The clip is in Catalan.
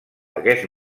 aquest